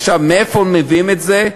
עכשיו, מאיפה מביאים את זה?